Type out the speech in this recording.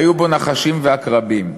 היו בו נחשים ועקרבים.